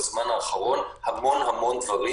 בזמן האחרון המון-המון דברים,